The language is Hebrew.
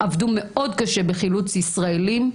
עבדו מאוד קשה בחילוץ ישראלים.